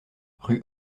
rue